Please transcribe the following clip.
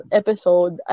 episode